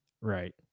right